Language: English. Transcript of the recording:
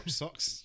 socks